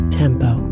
tempo